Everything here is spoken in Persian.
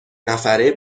نفره